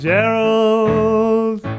Gerald